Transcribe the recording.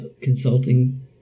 consulting